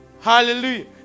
Hallelujah